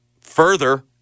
Further